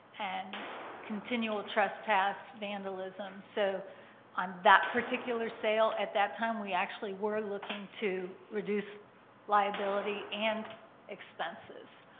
and continual trespass, vandalism. so on that particular sale, at that time we actually were looking to reduce liability and expenses.